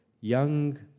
young